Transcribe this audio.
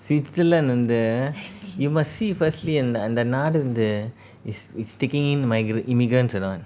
switzerland வந்து:vanthu you must see firstly அந்த நாடு வந்து:antha naadu vanthu is is taking in migra~ immigrants or not